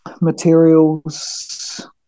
materials